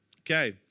Okay